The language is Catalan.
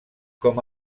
com